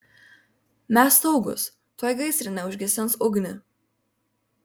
mes saugūs tuoj gaisrinė užgesins ugnį